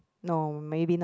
no maybe not